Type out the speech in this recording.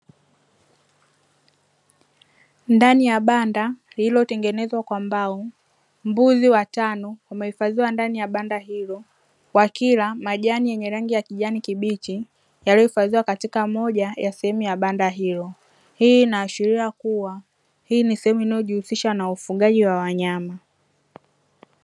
Ndani ya banda lililotengenezwa kwa mbao, mbuzi watano wamehifadhiwa ndani ya banda hilo wakila majani yenye rangi ya kijani kibichi; yaliyohifadhiwa katika moja ya sehemu ya banda hilo. Hii inaashiria kuwa hii ni sehemu inayojihusisha na ufugaji wa wanyama.